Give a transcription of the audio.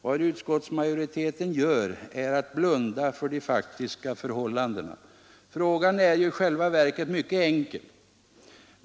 Vad utskottsmajoriteten gör är att blunda för de faktiska förhållandena. Frågan är i själva verket mycket enkel.